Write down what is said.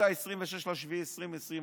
26 ביולי 2020,